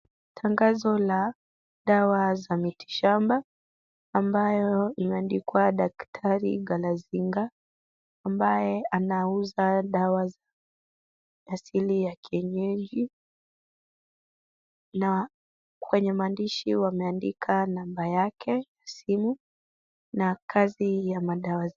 Tangazo la dawa za mitishamba ambayo imeandikwa daktari kalasinga ambaye anauza dawa ya asili ya kienyeji na kwenye maandishi wameandika namba yake ya simu na kazi ya madawa zake.